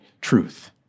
truth